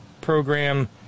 program